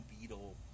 Beetle